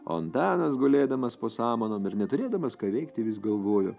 o antanas gulėdamas po samanom ir neturėdamas ką veikti vis galvojo